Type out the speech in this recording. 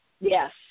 Yes